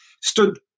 stood